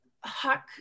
Huck